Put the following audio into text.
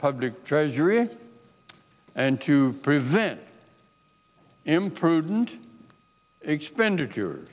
public treasury and to prevent imprudent expenditure